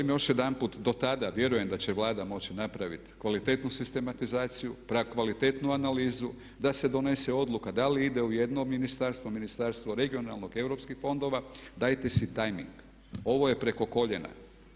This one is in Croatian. I velim još jedanput do tada vjerujem da će Vlada moći napraviti kvalitetnu sistematizaciju, kvalitetnu analizu da se donese odluka da li ide u jedno ministarstvo, Ministarstvu regionalnog razvoja i europskih fondova, dajte si tajming, ovo je preko koljena.